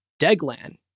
Deglan